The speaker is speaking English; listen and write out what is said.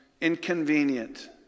inconvenient